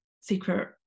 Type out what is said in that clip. secret